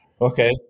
okay